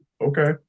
okay